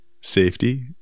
safety